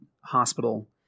hospital